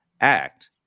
act